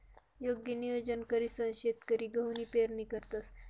योग्य नियोजन करीसन शेतकरी गहूनी पेरणी करतंस